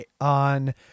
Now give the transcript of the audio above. on